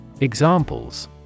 Examples